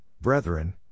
brethren